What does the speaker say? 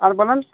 আর বলুন